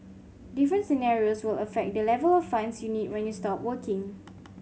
different scenarios will affect the level of funds you need when you stop working